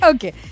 Okay